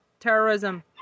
Terrorism